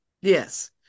Yes